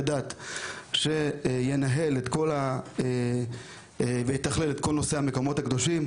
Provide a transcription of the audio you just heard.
דת שינהל ויתכלל את כל נושא המקומות הקדושים.